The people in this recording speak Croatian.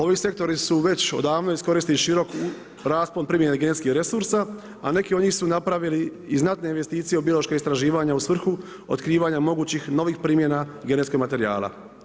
Ovi sektori su već odavno iskoristili širok raspon primjene genetskih resursa a neki od njih su napravili i znatne investicije biološkog istraživanja u svrhu otkrivanja mogućih novih primjena genetskih materijala.